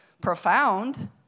profound